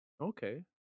Okay